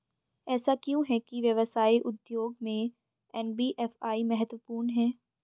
ऐसा क्यों है कि व्यवसाय उद्योग में एन.बी.एफ.आई महत्वपूर्ण है?